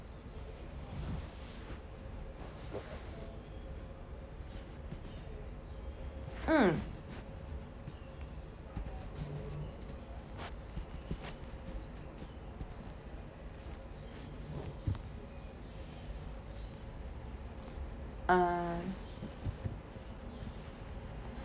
mm uh